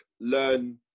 learn